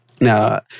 Now